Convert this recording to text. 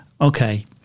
Okay